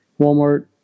Walmart